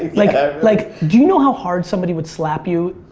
like ah like do you know how hard somebody would slap you,